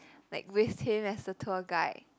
like with him as the tour guide